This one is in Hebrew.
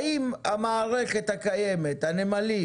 האם המערכת הקיימת, הנמלים